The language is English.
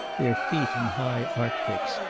their feet in high arctics,